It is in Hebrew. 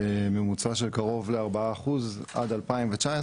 ממוצע של קרוב לארבעה אחוז עד 2019,